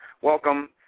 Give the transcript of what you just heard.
welcome